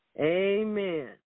Amen